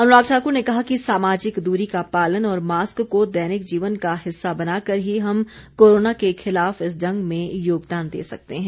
अनुराग ठाकुर ने कहा कि सामाजिक दूरी का पालन और मास्क को दैनिक जीवन का हिस्सा बनाकर ही हम कोरोना के खिलाफ इस जंग में योगदान दे सकते हैं